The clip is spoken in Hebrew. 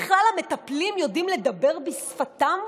האם בכלל המטפלים יודעים לדבר בשפתם?